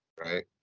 Right